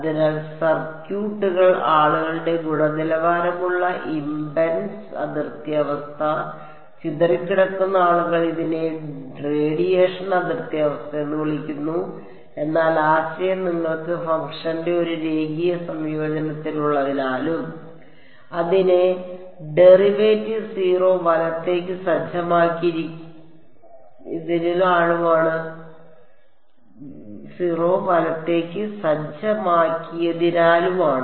അതിനാൽ സർക്യൂട്ടുകൾ ആളുകളുടെ ഗുണനിലവാരമുള്ള ഇംപെഡൻസ് അതിർത്തി അവസ്ഥ ചിതറിക്കിടക്കുന്ന ആളുകൾ ഇതിനെ റേഡിയേഷൻ അതിർത്തി അവസ്ഥ എന്ന് വിളിക്കുന്നു എന്നാൽ ആശയം നിങ്ങൾക്ക് ഫംഗ്ഷന്റെ ഒരു രേഖീയ സംയോജനമുള്ളതിനാലും അതിന്റെ ഡെറിവേറ്റീവ് 0 വലത്തേക്ക് സജ്ജമാക്കിയതിനാലുമാണ്